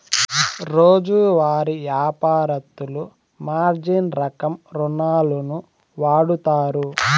రోజువారీ యాపారత్తులు మార్జిన్ రకం రుణాలును వాడుతారు